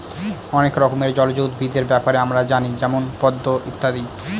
অনেক রকমের জলজ উদ্ভিদের ব্যাপারে আমরা জানি যেমন পদ্ম ইত্যাদি